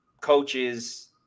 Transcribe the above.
coaches